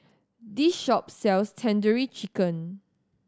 this shop sells Tandoori Chicken